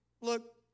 look